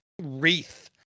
wreath